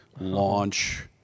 Launch